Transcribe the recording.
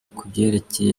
kubyerekeye